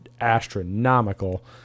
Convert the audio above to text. astronomical